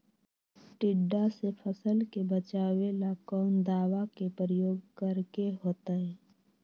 टिड्डा से फसल के बचावेला कौन दावा के प्रयोग करके होतै?